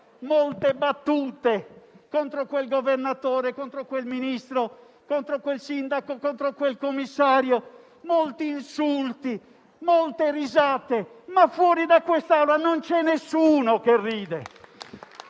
molte battute contro quel governatore, contro quel Ministro, contro quel sindaco, contro quel commissario. Ho sentito molti insulti e molte risate, ma fuori da questa Aula non c'è nessuno che ride.